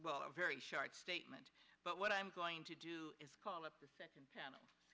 well a very short statement but what i'm going to do is call up the second panel